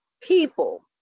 people